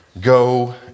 Go